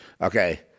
Okay